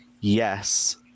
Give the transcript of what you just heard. Yes